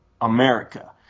America